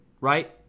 Right